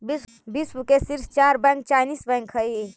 विश्व के शीर्ष चार बैंक चाइनीस बैंक हइ